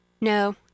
No